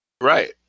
right